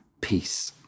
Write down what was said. peace